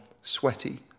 sweaty